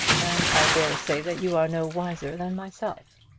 and i dare say that you are no wiser than myself.